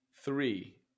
Three